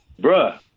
bruh